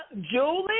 Julie